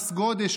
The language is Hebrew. מס גודש,